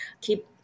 Keep